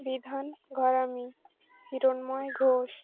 Bidhan Gharami Hiranmoy Ghosh